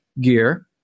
gear